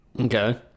Okay